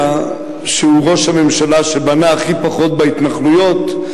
שהוא ראש הממשלה שבנה הכי פחות בהתנחלויות,